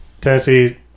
Tennessee